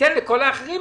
וניתן לכל האחרים,